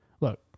look